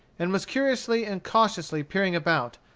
and was curiously and cautiously peering about,